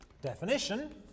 Definition